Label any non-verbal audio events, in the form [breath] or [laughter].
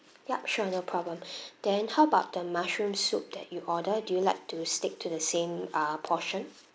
yup sure no problem [breath] then how about the mushroom soup that you order do you like to stick to the same ah portion